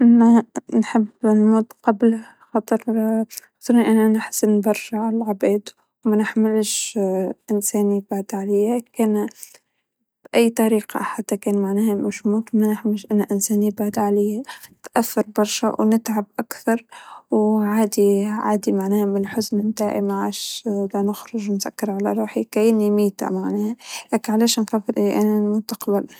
موت من جبل طبعا الله يحميه ويحفظةويبارك بعمره، ترى ما فيني إحيا من بعدة لحظة أصلا، ما بتخيل حياتي بب-بدونه، وما عندي قابلية لتحمل الألم أنا ما فيني أعيش وأنا عندي جرح بقلبي وجع على فقدان حدا عزيز أو هكذا، تخيل إنه هذا الحدث شريك حياتي